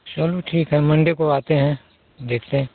चलो ठीक है मंडे को आते हैं देखते हैं